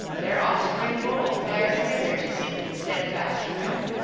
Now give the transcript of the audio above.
their offspring bold fares hither to seek the steadfast friend.